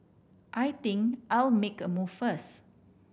I think I'll make a move first